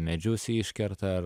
medžius iškerta ar